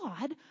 God